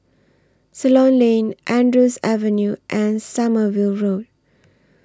Ceylon Lane Andrews Avenue and Sommerville Road